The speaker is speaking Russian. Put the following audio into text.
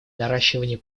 наращивание